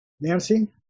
Nancy